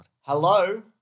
Hello